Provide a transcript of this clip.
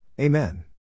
Amen